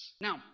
Now